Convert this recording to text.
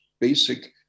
basic